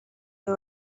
توی